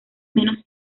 menos